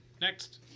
Next